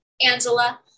Angela